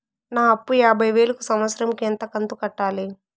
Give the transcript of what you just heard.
నా అప్పు యాభై వేలు కు సంవత్సరం కు ఎంత కంతు కట్టాలి?